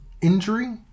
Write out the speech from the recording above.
injury